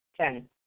Ten